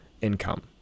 income